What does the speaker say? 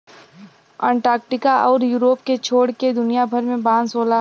Antarctica आउर Europe के छोड़ के दुनिया भर में बांस होला